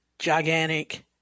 gigantic